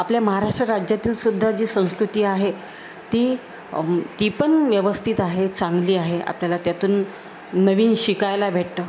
आपल्या महाराष्ट्र राज्यातीलसुद्धा जी संस्कृती आहे ती ती पण व्यवस्थित आहे चांगली आहे आपल्याला त्यातून नवीन शिकायला भेटतं